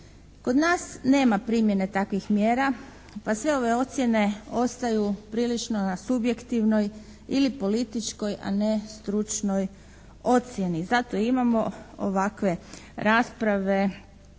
Kod nas nema primjene takvih mjera pa sve ove ocjene ostaju prilično na subjektivnoj ili političkoj, a ne stručnoj ocjeni, zato imamo ovakve rasprave